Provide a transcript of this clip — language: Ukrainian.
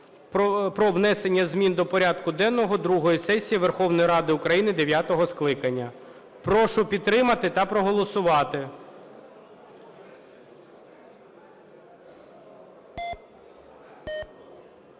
про внесення змін до порядку денного другої сесії Верховної Ради України дев'ятого скликання. Прошу підтримати та проголосувати.